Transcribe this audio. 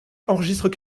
enregistrent